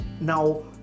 Now